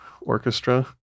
Orchestra